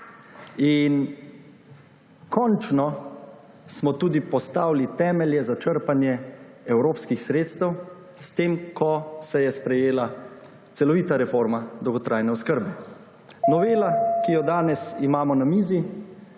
Končno smo tudi postavili temelje za črpanje evropskih sredstev, s tem ko se je sprejela celovita reforma dolgotrajne oskrbe. Novela, ki jo danes imamo na mizi,